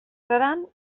seran